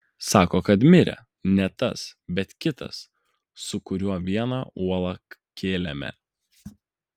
sako kad mirė ne tas bet kitas su kuriuo vieną uolą kėlėme